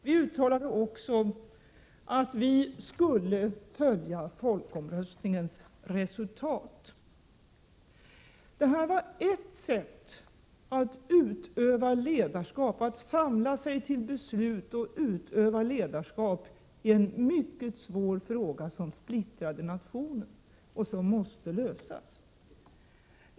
Vi uttalade att folkomröstningens resultat skulle följas. Detta var ett sätt att samla sig till beslut och utöva ledarskap i en mycket svår fråga, som splittrade nationen och som måste lösas.